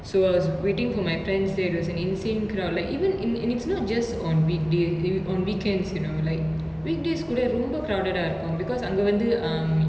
so I was waiting for my friends there there was an insane crowd like even and and it's not just on weekday eh on weekends you know like weekdays கூட ரொம்ப:kooda romba crowded ah இருக்கு:iruku because அங்க வந்து:anga vanthu um